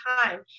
time